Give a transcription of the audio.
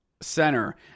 Center